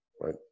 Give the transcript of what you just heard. Right